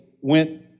went